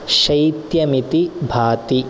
शैत्यमिति भाति